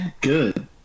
Good